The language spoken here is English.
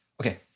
Okay